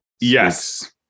yes